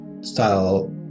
style